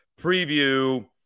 preview